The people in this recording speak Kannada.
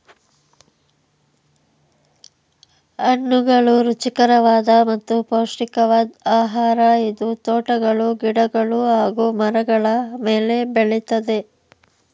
ಹಣ್ಣುಗಳು ರುಚಿಕರವಾದ ಮತ್ತು ಪೌಷ್ಟಿಕವಾದ್ ಆಹಾರ ಇದು ತೋಟಗಳು ಗಿಡಗಳು ಹಾಗೂ ಮರಗಳ ಮೇಲೆ ಬೆಳಿತದೆ